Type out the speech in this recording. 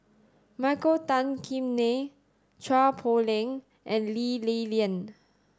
Michael Tan Kim Nei Chua Poh Leng and Lee Li Lian